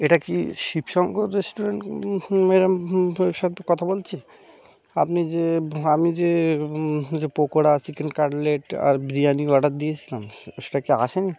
এটা কি শিবশঙ্কর রেস্টুরেন্ট এরম কথা বলছি আপনি যে আপনি যে যে পোকোড়া চিকেন কাটলেট আর বিরিয়ানির অর্ডার দিয়েছিলাম সেটা কি আসে নি